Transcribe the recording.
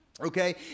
okay